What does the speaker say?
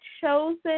chosen